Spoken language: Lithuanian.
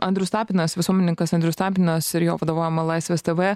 andrius tapinas visuomenininkas andrius tapinas ir jo vadovaujama laisvės teve